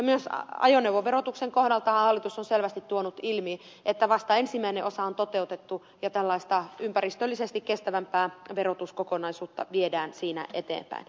myös ajoneuvoverotuksen kohdaltahan hallitus on selvästi tuonut ilmi että vasta ensimmäinen osa on toteutettu ja tällaista ympäristöllisesti kestävämpää verotuskokonaisuutta viedään siinä eteenpäin